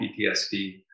ptsd